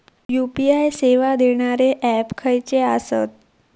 UPI सेवा देणारे app खयचे आसत?